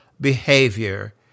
behavior